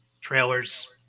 trailers